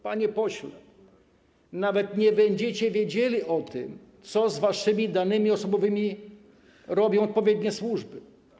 Panie pośle, nawet nie będziecie wiedzieli o tym, co z waszymi danymi osobowymi robią odpowiednie służby.